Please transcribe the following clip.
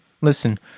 listen